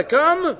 come